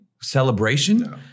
celebration